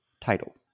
title